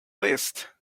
list